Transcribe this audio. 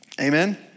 Amen